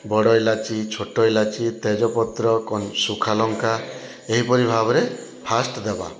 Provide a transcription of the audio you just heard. ବଡ ଇଲାଇଚି ଛୋଟ ଇଲାଇଚି ତେଜପତ୍ର ସୁଖାଲଙ୍କା ଏହିପରି ଭାବରେ ଫାଷ୍ଟ ଦେବା